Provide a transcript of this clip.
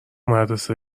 مدرسه